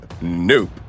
Nope